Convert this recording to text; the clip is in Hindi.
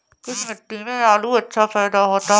किस मिट्टी में आलू अच्छा पैदा होता है?